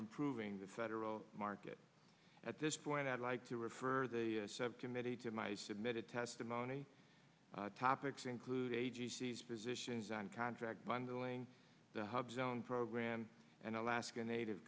improving the federal market at this point i'd like to refer the subcommittee to my submitted testimony topics include agencies physicians on contract bundling the hub zone program and alaska native